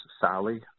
Sally